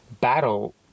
battle